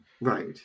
Right